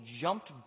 jumped